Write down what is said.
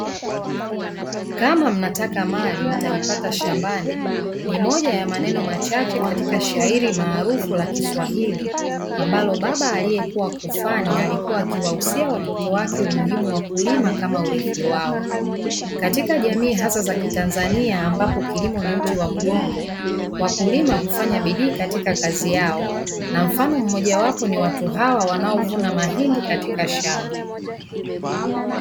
Kama mnataka mali mtaipata shambani, ni moja ya maneno machache katika shairi maarufu la kiswahili ambalo baba aliyekuwa kufani alikuwa akiwahusia watoto wake umuhimu wa kulima kama urithi wao. Katika jamii hasa za Kitanzania ambapo kilimo ni uti wa mgongo, wakulima hufanya bidii katika kazi yao, na mfano mmojawapo ni watu hawa wanaovuna mahindi katika shamba.